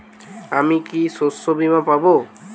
আমি কি শষ্যবীমা পাব?